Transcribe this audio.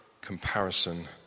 comparison